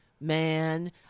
man